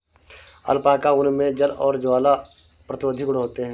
alpaca ऊन मे जल और ज्वाला प्रतिरोधी गुण होते है